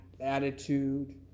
attitude